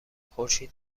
خورشید